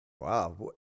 Wow